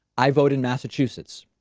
i vote in massachusetts.